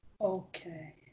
Okay